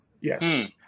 Yes